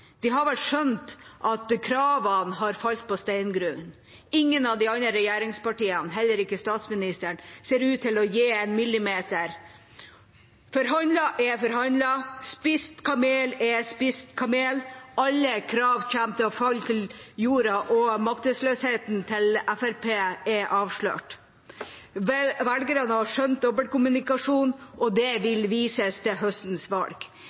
De har vel skjønt at kravene har falt på steingrunn. Ingen av de andre regjeringspartiene, og heller ikke statsministeren, ser ut til å gi én millimeter. Forhandlet er forhandlet, spist kamel er spist kamel, alle kravene kommer til å falle til jorda, og maktesløsheten til Fremskrittspartiet er avslørt. Velgerne har skjønt dobbeltkommunikasjonen, og det vil vises til høstens valg.